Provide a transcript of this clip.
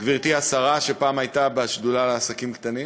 גברתי השרה, שפעם הייתה בשדולה לעסקים קטנים?